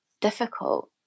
difficult